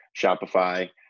Shopify